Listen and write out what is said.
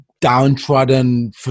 downtrodden